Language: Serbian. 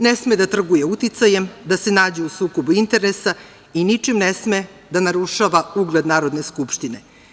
Ne sme da trguje uticajem, da se nađe u sukobu interesa i ničim ne sme da narušava ugled Narodne skupštine.